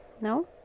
no